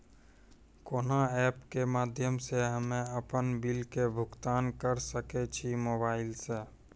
कोना ऐप्स के माध्यम से हम्मे अपन बिल के भुगतान करऽ सके छी मोबाइल से?